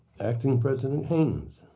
acting president haines.